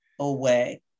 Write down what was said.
away